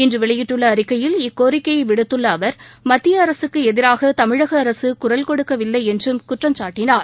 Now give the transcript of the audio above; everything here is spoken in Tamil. இன்று வெளியிட்டுள்ள அறிக்கையில் இக்கோரிக்கையை விடுத்துள்ள அவர் மத்திய அரசுக்கு எதிராக தமிழக அரசு குரல் கொடுக்கவில்லை என்றும் குற்றம் சாட்டினார்